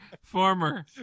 former